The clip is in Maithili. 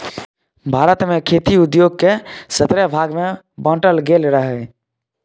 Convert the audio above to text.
भारत मे खेती उद्योग केँ सतरह भाग मे बाँटल गेल रहय